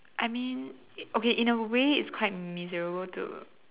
I mean okay in a way it's quite miserable to